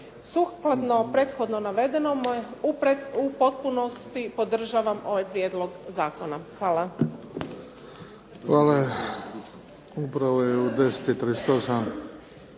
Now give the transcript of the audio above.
Sukladno prethodno navedenom u potpunosti podržavam ovaj prijedlog zakona. Hvala. **Bebić, Luka